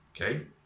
okay